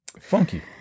funky